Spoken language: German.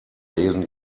lesen